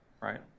right